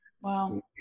Wow